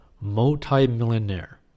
multi-millionaire